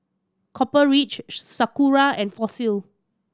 Copper Ridge Sakura and Fossil